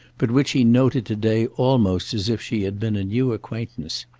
but which he noted today almost as if she had been a new acquaintance.